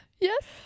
yes